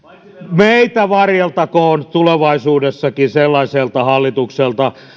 meitä varjeltakoon tulevaisuudessakin sellaiselta hallitukselta